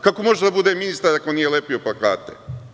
Kako može da bude ministar ako nije lepio plakate?